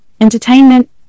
entertainment